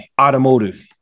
automotive